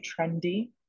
trendy